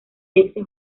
irse